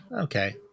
Okay